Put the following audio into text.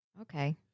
Okay